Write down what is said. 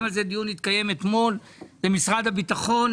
עליה דיון כי הוא התקיים אתמול משרד הביטחון.